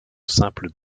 simple